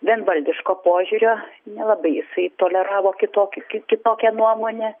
vienvaldiško požiūrio nelabai jisai toleravo kitokią ki kitokią nuomonę